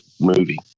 movie